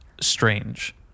strange